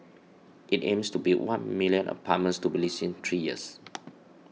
it aims to build one million apartments to be leased in three years